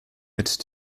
mit